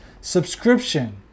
subscription